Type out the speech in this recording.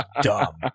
dumb